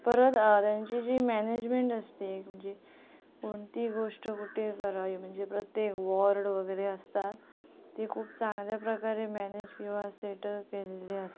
परत त्यांची जी मॅनेजमेण असते म्हणजे कोणती गोष्ट कुठे करावी म्हणजे प्रत्येक वॉर्ड वगैरे असतात ते खूप चांगल्या प्रकारे मॅनेज किवा सेटल केलेले असतात